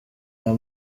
aya